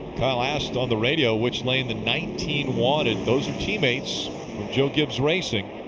kyle asked on the radio which lane the nineteen wanted. those are teammates with joe gibbs racing.